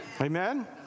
Amen